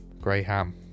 Graham